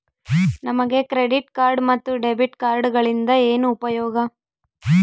ನಮಗೆ credit card ಮತ್ತು debit ಕಾರ್ಡುಗಳಿಂದ ಏನು ಉಪಯೋಗ?